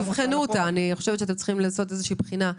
אני חושבת שאתם צריכים לעשות איזושהי בחינה.